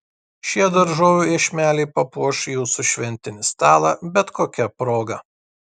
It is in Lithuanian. šie daržovių iešmeliai papuoš jūsų šventinį stalą bet kokia proga